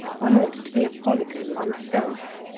one ought to be a polygon oneself.